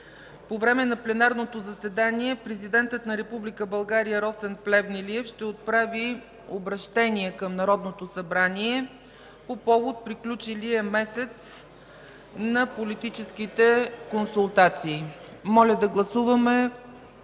по време на пленарното заседание президентът на Република България Росен Плевнелиев ще отправи обръщение към Народното събрание по повод приключилия месец на политическите консултации. Моля, гласувайте